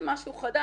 משהו חדש,